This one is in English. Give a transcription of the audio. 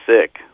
sick